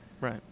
Right